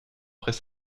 après